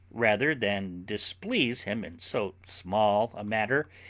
rather than displease him in so small a matter,